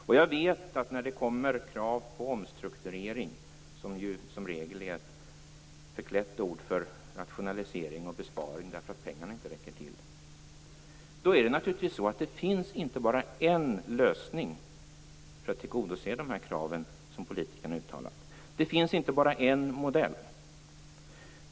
Jag vet att det, när det kommer krav på omstrukturering, som ju som regel är ett förklätt ord för rationalisering och besparing för att pengarna inte räcker till, naturligtvis inte är så att det bara finns en lösning för att tillgodose de krav som politikerna uttalar. Det finns inte bara en modell.